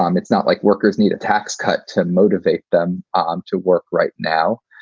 um it's not like workers need a tax cut to motivate them um to work right now.